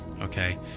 okay